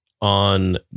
on